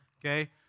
okay